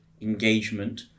engagement